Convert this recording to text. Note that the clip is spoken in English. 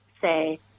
say